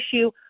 issue